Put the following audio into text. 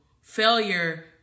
failure